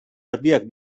erdiak